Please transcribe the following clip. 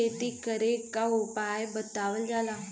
मिश्रित खेती करे क उपाय बतावल जा?